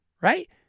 right